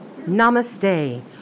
Namaste